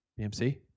BMC